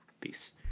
Peace